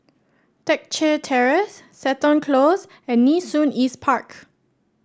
Teck Chye Terrace Seton Close and Nee Soon East Park